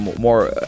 more